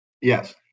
Yes